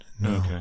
no